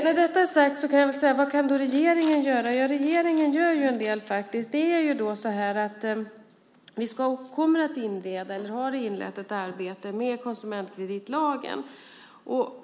När detta är sagt kan jag berätta vad regeringen kan göra. Regeringen gör faktiskt en del. Vi har inlett ett arbete med konsumentkreditlagen.